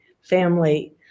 family